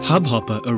Hubhopper